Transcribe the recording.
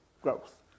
growth